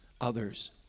others